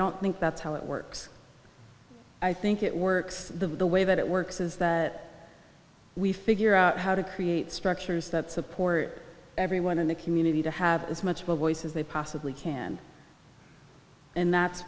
don't think that's how it works i think it works the way that it works is that we figure out how to create structures that support everyone in the community to have as much of a boys as they possibly can and that's